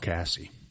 Cassie